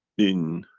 in.